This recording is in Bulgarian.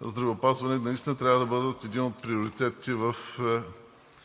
здравеопазване наистина трябва да бъдат един от приоритетите във